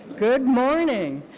good morning.